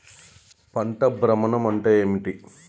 పంట భ్రమణం అంటే ఏంటి?